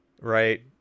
Right